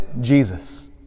Jesus